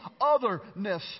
otherness